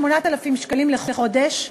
8,000 שקלים לחודש,